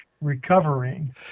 recovering